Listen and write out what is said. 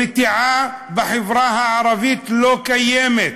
רתיעה בחברה הערבית לא קיימת,